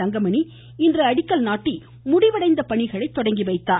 தங்கமணி இன்று அடிக்கல் நாட்டி முடிவடைந்த பணிகளை தொடங்கிவைத்தார்